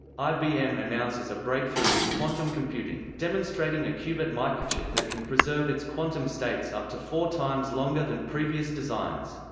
ibm announces a breakthrough in quantum computing, demonstrating a qubit microchip that can preserve preserve its quantum states up to four times longer than previous designs.